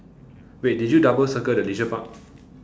wait did you double circle the leisure park